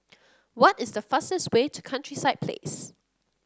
what is the fastest way to Countryside Place